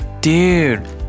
Dude